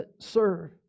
serve